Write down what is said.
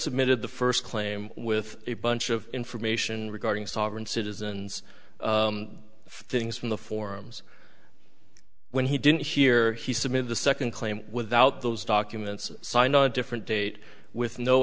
submitted the first claim with a bunch of information regarding sovereign citizens things from the forms when he didn't hear he submitted the second claim without those documents signed on a different date with no